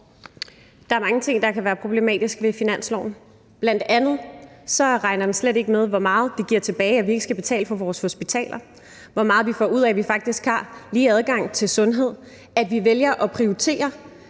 Der er mange ting, der kan være problematiske ved finansloven. Bl.a. regnes det slet ikke med, hvor meget det giver tilbage, at vi ikke skal betale for vores hospitaler, og hvor meget vi får ud af, at vi faktisk har lige adgang til sundhed, at vi vælger at prioritere